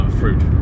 fruit